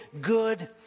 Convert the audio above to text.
good